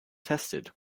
tested